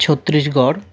Chhattisgarh